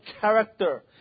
character